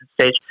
stage